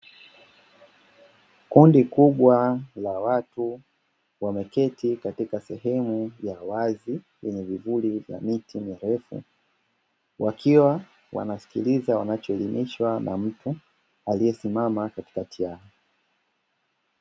Kundi kubwa la watu wameketi katika sehemu ya wazi yenye vivuli vya miti mirefu, wakiwa wanasikiliza wanachoelimishwa na mtu aliyesimama katikati yao.